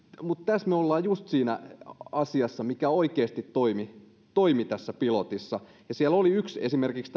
mutta tässä me olemme juuri siinä asiassa mikä oikeasti toimi toimi tässä pilotissa siellä oli esimerkiksi